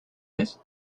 this